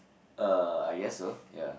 uh I guessed so ya